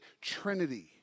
trinity